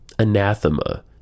anathema